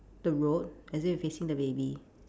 the road as if it's facing the baby